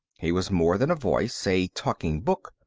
he was more than a voice, a talking book.